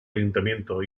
ayuntamiento